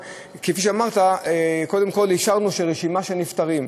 כפי שאמרת, קודם כול אישרנו שרשימה של נפטרים,